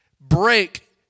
break